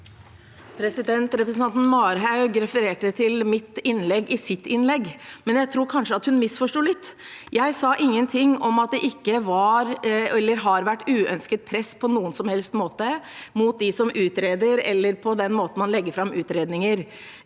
Represen- tanten Marhaug refererte til mitt innlegg i sitt innlegg, men jeg tror kanskje hun misforsto litt. Jeg sa ingenting om at det ikke har vært uønsket press på noen som helst måte mot dem som utreder, mot måten man legger fram utredninger